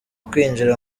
kwinjira